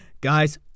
Guys